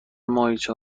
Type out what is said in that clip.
ماهیچه